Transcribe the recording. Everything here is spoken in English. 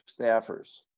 staffers